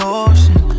ocean